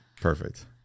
Perfect